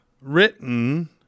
written